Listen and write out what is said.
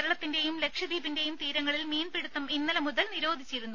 കേരളത്തിന്റെയും ലക്ഷദ്വീപിന്റെയും തീരങ്ങളിൽ മീൻപിടിത്തം ഇന്നലെ മുതൽ നിരോധിച്ചിരുന്നു